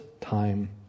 time